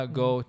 go